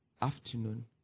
afternoon